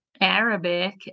Arabic